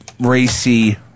racy